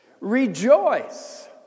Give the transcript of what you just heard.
Rejoice